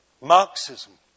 Marxism